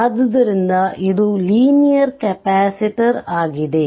ಅದುದರಿಂದ ಇದು ಲೀನಿಯರ್ ಕೆಪಾಸಿಟರ್ಆಗಿದೆ